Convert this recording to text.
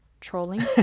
trolling